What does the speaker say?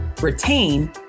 retain